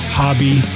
hobby